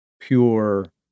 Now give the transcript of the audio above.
pure